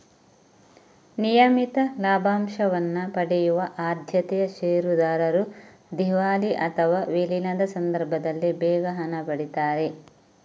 ನಿಯಮಿತ ಲಾಭಾಂಶವನ್ನ ಪಡೆಯುವ ಆದ್ಯತೆಯ ಷೇರುದಾರರು ದಿವಾಳಿ ಅಥವಾ ವಿಲೀನದ ಸಂದರ್ಭದಲ್ಲಿ ಬೇಗ ಹಣ ಪಡೀತಾರೆ